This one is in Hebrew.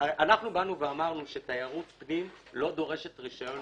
אמרנו שתיירות פנים לא דורשת רישיון